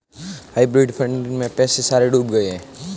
hybrid fund में पैसे सारे डूब गए